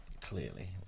clearly